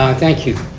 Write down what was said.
thank you.